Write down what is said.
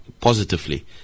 positively